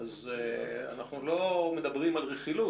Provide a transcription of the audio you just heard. אז אנחנו לא מדברים על רכילות,